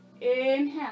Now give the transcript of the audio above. inhale